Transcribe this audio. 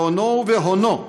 באונו ובהונו,